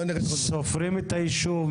סופרים הישוב?